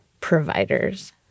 providers